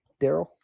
Daryl